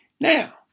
Now